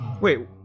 Wait